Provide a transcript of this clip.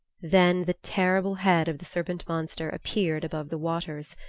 then the terrible head of the serpent monster appeared above the waters.